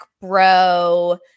bro